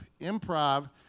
Improv